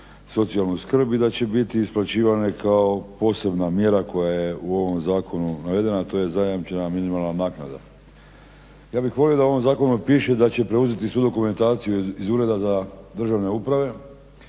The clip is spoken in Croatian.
socijalnu skrb i da će biti isplaćivane kao posebna mjera koja je u ovom zakonu navedena, a to je zajamčena minimalna naknada. Ja bih volio da u ovom zakonu piše da će preuzeti svu dokumentaciju iz Ureda za državne uprave